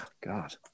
God